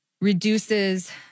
reduces